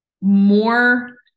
more